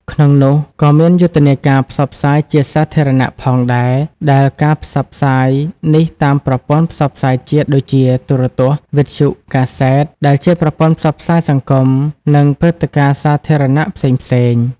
នៅក្នងនោះក៏មានយុទ្ធនាការផ្សព្វផ្សាយជាសាធារណៈផងដែរ ដែលការផ្សព្វផ្សាយនេះតាមប្រព័ន្ធផ្សព្វផ្សាយជាតិ ដូចជា ទូរទស្សន៍ វិទ្យុ កាសែត ដែលជាប្រព័ន្ធផ្សព្វផ្សាយសង្គម និងព្រឹត្តិការណ៍សាធារណៈផ្សេងៗ។